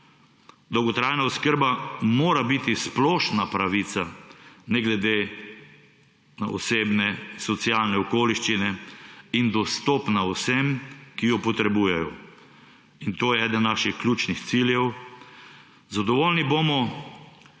Dolgotrajna oskrba mora biti splošna pravica, ne glede na osebne, socialne okoliščine, in dostopna vsem, ki jo potrebujejo. To je eden naših ključnih ciljev. Zadovoljni bomo,